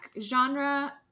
genre